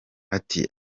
ati